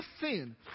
sin